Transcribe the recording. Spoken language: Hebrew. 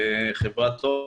הוא מחברת תוכן,